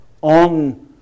on